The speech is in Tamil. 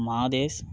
மாதேஷ்